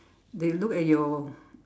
they look at your